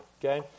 okay